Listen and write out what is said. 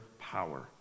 power